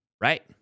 right